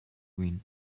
win